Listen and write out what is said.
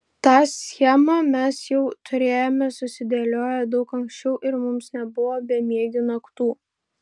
tą schemą mes jau turėjome susidėlioję daug ankščiau ir mums nebuvo bemiegių naktų